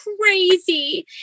crazy